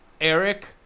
Eric